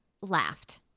laughed